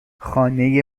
خانه